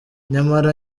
nyamara